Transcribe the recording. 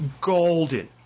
golden